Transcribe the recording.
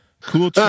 cool